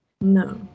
No